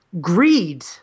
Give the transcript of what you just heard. greed